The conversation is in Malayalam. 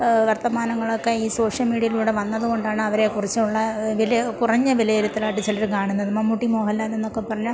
വർത്തമാനങ്ങളൊക്കെ ഈ സോഷ്യൽ മീഡിയയിലൂടെ വന്നത് കൊണ്ടാണ് അവരെ കുറിച്ചുള്ള വില കുറഞ്ഞ വിലയിരുത്തലായിട്ട് ചിലർ കാണുന്നത് മമ്മൂട്ടി മോഹൻലാലെന്നൊക്കെ പറഞ്ഞാൽ